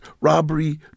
robbery